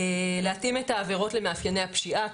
להתאים את העבירות למאפייני הפשיעה,